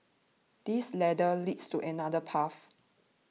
this ladder leads to another path